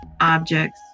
objects